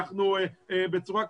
בצורה כזאת,